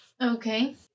Okay